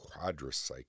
quadricycle